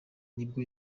nibwo